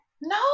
No